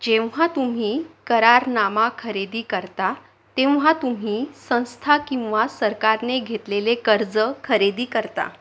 जेव्हा तुम्ही करारनामा खरेदी करता तेव्हा तुम्ही संस्था किंवा सरकारने घेतलेले कर्ज खरेदी करता